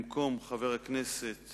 במקום חבר הכנסת